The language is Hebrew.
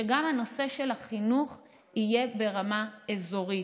שגם הנושא של החינוך יהיה ברמה אזורית.